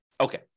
Okay